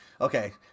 okay